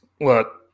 look